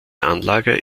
anlage